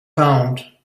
pound